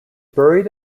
buried